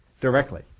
directly